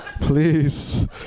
please